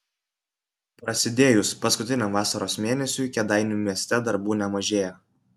prasidėjus paskutiniam vasaros mėnesiui kėdainių mieste darbų nemažėja